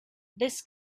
this